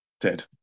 dead